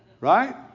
Right